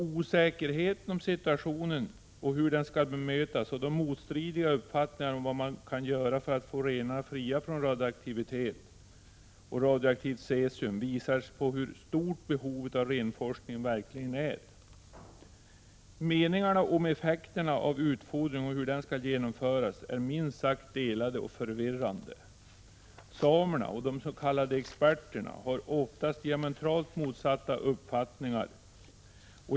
Osäkerheten om situationen och hur den skall mötas och de motstridiga uppfattningarna om vad som kan göras för att få renarna fria från radioaktivitet och radioaktivt cesium visar hur stort behovet av renforskning verkligen är. Meningarna om effekterna av utfodring och hur den skall genomföras är minst sagt delade, vilket är förvirrande. Samerna och de s.k. experterna har oftast diametralt motsatta uppfattningar.